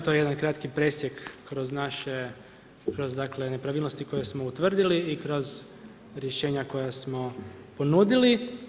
To je jedan kratki presjek kroz naše, kroz nepravilnosti koje smo utvrdili i kroz rješenja koja smo ponudili.